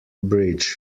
bridge